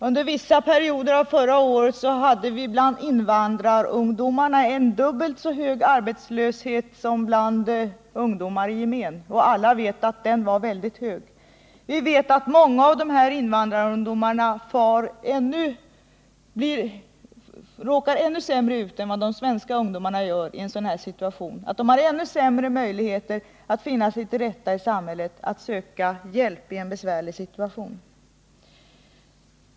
Under vissa perioder av förra året hade vi bland invandrarungdomarna dubbelt så hög arbetslöshet som bland ungdomarna i gemen — och alla vet att den var mycket hög. Vi vet att de här invandrarungdomarna råkar ännu värre ut än vad de svenska ungdomarna gör i en sådan situation. De har ännu sämre möjligheter att finna sig till rätta i samhället, att söka hjälp i en besvärlig situation.